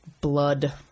blood